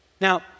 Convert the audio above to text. Now